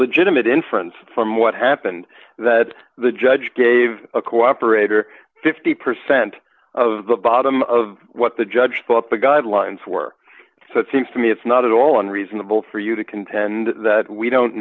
legitimate inference from what happened that the judge gave a cooperator fifty percent of the bottom of what the judge thought the guidelines were so it seems to me it's not at all unreasonable for you to contend that we don't